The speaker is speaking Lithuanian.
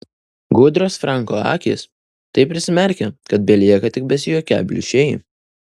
gudrios franko akys taip prisimerkia kad belieka tik besijuokią plyšiai